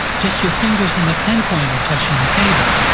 just your fingers and the pen pointer touching the table.